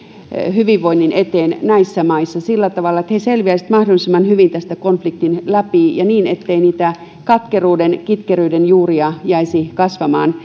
hyvinvoinnin eteen näissä maissa sillä tavalla että he selviäisivät mahdollisimman hyvin konfliktin läpi ja niin ettei niitä katkeruuden kitkeryyden juuria jäisi kasvamaan